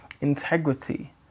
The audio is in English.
integrity